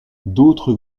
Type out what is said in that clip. d’autres